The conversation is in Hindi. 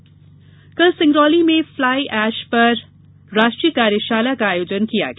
फ्लाई ऐश कल सिंगरौली में फ्लाई ऐश पर राष्ट्रीय कार्यशाला का आयोजन किया गया